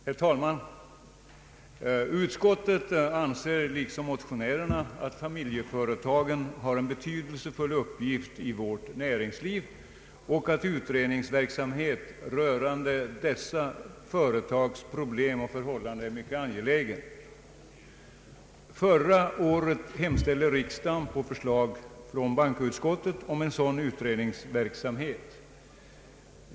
Herr talman! Utskottet anser liksom motionärerna att familjeföretagen har en betydelsefull uppgift i vårt näringsliv och att utredningsverksamhet rörande dessa företags problem och förhållanden är mycket angelägen. Förra året hemställde riksdagen på förslag av bankoutskottet om en sådan utredningsverksamhet.